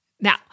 Now